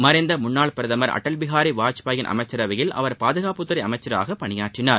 மறைந்த முன்னாள் பிரதமர் அடல் பிகாரி வாஜ்பாயின் அமைச்சரவையில் அவர் பாதுகாப்புத்துறை அமைச்சராக பணியாற்றினார்